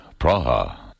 Praha